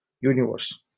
universe